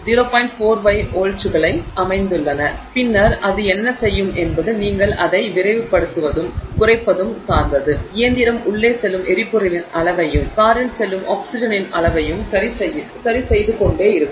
45 வோல்ட்டுகளை அமைத்துள்ளன பின்னர் அது என்ன செய்யும் என்பது நீங்கள் அதை விரைவுபடுத்துவதும் குறைப்பதும் சார்ந்தது இயந்திரம் உள்ளே செல்லும் எரிபொருளின் அளவையும் காரில் செல்லும் ஆக்ஸிஜனின் அளவையும் சரிசெய்து கொண்டே இருக்கும்